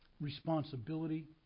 Responsibility